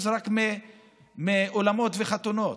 מאולמות וחתונות.